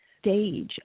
stage